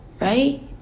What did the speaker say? right